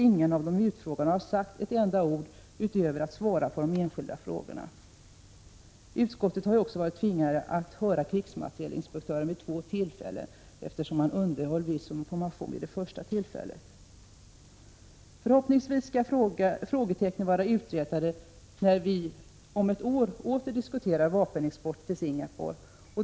Ingen av de utfrågade har sagt ett enda ord utöver att svara på de enskilda frågorna. Utskottet har också varit tvingat att höra krigsmaterielinspektören två gånger eftersom han undanhöll viss information vid det första tillfället. Förhoppningsvis skall frågetecknen vara uträtade när vi om ett år åter diskuterar vapenexport till Singapore.